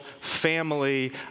family